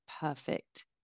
perfect